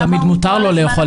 לא תמיד מותר לו לאכול את זה.